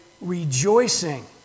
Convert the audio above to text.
rejoicing